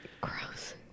gross